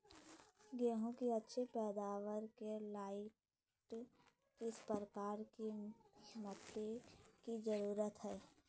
गेंहू की अच्छी पैदाबार के लाइट किस प्रकार की मिटटी की जरुरत है?